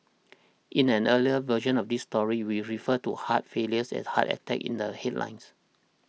in an earlier version of this story we referred to heart failure as heart attack in the headline